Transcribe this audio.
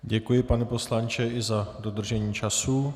Děkuji, pane poslanče, i za dodržení času.